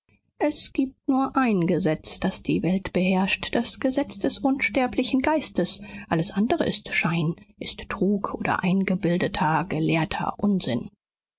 es gibt nur ein gesetz das die welt beherrscht das gesetz des unsterblichen geistes alles andere ist schein ist trug oder eingebildeter gelehrter unsinn